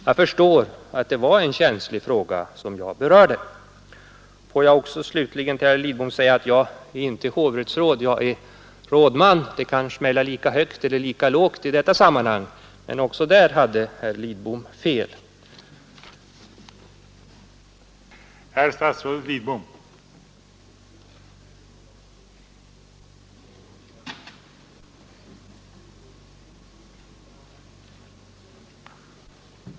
Jag förstår att det var en känslig fråga jag berörde. Låt mig slutligen till herr Lidbom säga att jag inte är hovrättsråd — jag är rådman. Det kan smälla lika högt eller lika lågt i detta sammanhang, men också på den punkten hade alltså herr Lidbom fel. som ifrågasatte Helsingforsavtalets innebörd. I artikel 4 står det att man